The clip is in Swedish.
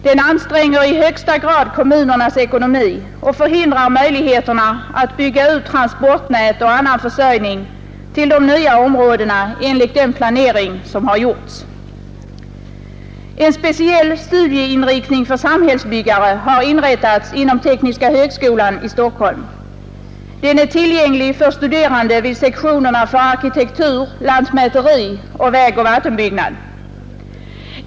Den anstränger i högsta grad kommunernas ekonomi och förhindrar möjligheterna att bygga ut transportnät och annan försörjning till de nya områdena enligt den planering som gjorts. En speciell studieinriktning för samhällsbyggare har inrättats inom tekniska högskolan i Stockholm. Den är tillgänglig för studerande vid sektionerna för arkitektur, lantmäteri och vägoch vattenbyggnad.